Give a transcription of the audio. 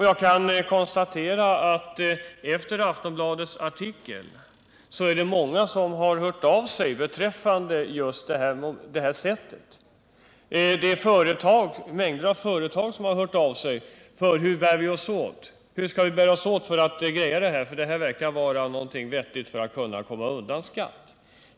Jag kan konstatera att efter Aftonbladets artikel har många hört av sig beträffande just den här metoden. En mängd företag har hört av sig och frågat: Hur skall vi bära oss åt för att ”greja” det här? Det verkar vara ett vettigt sätt att komma undan skatt.